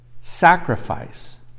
sacrifice